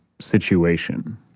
situation